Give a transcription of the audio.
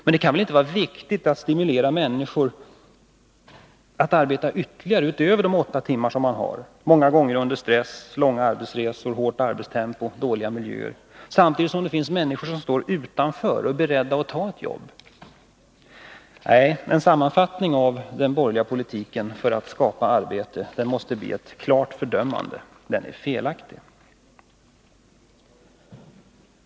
Men det kan väl inte vara riktigt att stimulera människor att arbeta ytterligare utöver de åtta timmar som gäller — många gånger under stress, långa arbetsresor, hårt arbetstempo, dåliga arbetsmiljöer. Det finns samtidigt människor som står utanför och är beredda att ta ett jobb. Nej, en sammanfattning av den borgerliga politiken för att skapa arbete måste bli ett klart fördömande — den är felaktig.